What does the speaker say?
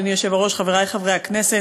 אדוני היושב-ראש, חברי חברי הכנסת,